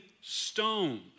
stones